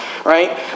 right